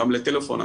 גם לטלפון.